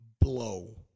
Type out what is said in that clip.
blow